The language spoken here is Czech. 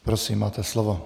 Prosím, máte slovo.